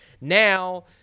Now